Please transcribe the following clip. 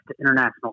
international